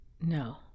no